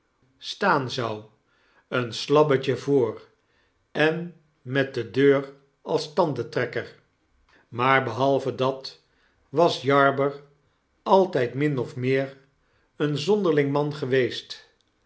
zou een slabbetje voor en met de deur als tandentrekker maar behalve dat was jarber altyd min of meer een zonderling man geweest